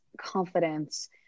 confidence